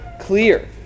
clear